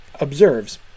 observes—